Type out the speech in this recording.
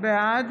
בעד